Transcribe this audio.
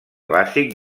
bàsic